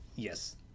yes